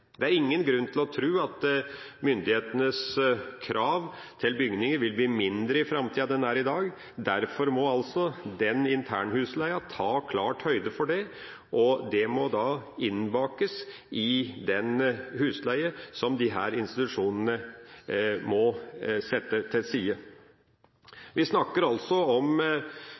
ingen grunn til å tro at myndighetenes krav til bygninger blir mindre i framtida enn de er i dag. Derfor må internhusleien ta høyde for det. Det må innbakes i den husleien som disse institusjonene må sette til side. Ut fra forslaget som en enstemmig komité har kommet med, snakker vi om